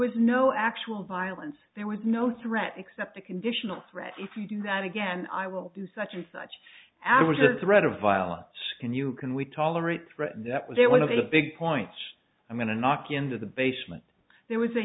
was no actual violence there was no threat except a conditional threat if you do that again i will do such and such hours a threat of violence skin you can we tolerate threaten that with one of the big points i'm going to knock into the basement there was a